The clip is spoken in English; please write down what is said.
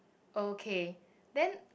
okay then